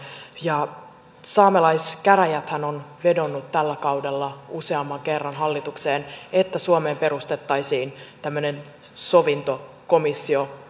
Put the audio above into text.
saamelaiskäräjäthän on vedonnut tällä kaudella useamman kerran hallitukseen että suomeen perustettaisiin tämmöinen sovintokomissio